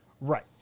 Right